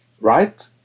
right